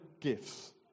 gifts